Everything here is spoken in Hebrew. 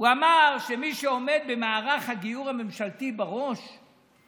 מי שעומד בראש מערך הגיור הממשלתי שכשהוא